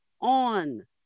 on